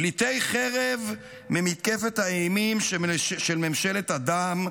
פליטי חרב ממתקפת האימים של ממשלת הדם,